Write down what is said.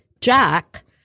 Jack